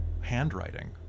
handwriting